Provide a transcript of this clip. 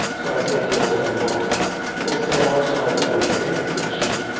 so i say close and load this time also i will load it in excel sheet.